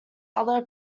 other